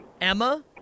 Emma